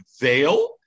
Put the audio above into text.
veil